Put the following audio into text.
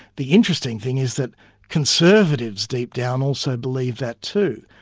the interesting thing is that conservatives deep down also believe that too,